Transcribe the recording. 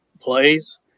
plays